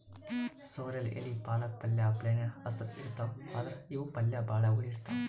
sorrel ಎಲಿ ಪಾಲಕ್ ಪಲ್ಯ ಅಪ್ಲೆನೇ ಹಸ್ರ್ ಇರ್ತವ್ ಆದ್ರ್ ಇವ್ ಪಲ್ಯ ಭಾಳ್ ಹುಳಿ ಇರ್ತವ್